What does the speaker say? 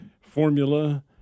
formula